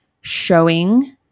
showing